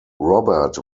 robert